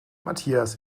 matthias